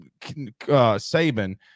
Saban